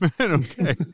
okay